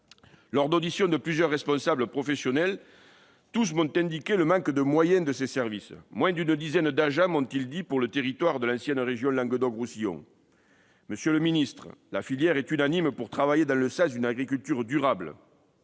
la commission, plusieurs responsables professionnels m'ont indiqué le manque de moyens de ces services : moins d'une dizaine d'agents, m'ont-ils dit, pour le territoire de l'ancienne région Languedoc-Roussillon. Monsieur le ministre, la filière est unanime pour travailler dans le sens d'une agriculture durable,